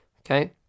Okay